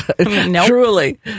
Truly